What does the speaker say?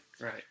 Right